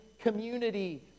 community